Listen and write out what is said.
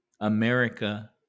America